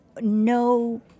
No